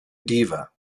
diva